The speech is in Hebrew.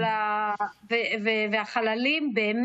שלום ולהפסקת המלחמות ומה שמתלווה להן.